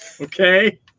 okay